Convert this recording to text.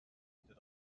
wieder